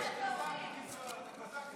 אתה הקוזק הנגזל.